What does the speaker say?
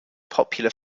popular